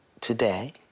today